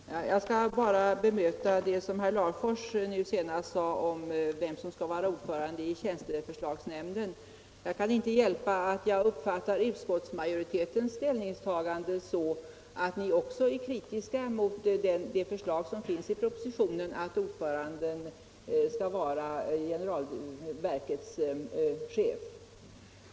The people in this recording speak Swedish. Herr talman! Jag skall bara bemöta det som herr Larfors nu senast sade om vem som skall vara ordförande i tjänsteförslagsnämnden. Jag kan inte hjälpa att jag uppfattar utskottsmajoritetens ställningstagande så, att ni också är kritiska mot det förslag som finns i propositionen, att ordföranden skall vara verkets chef.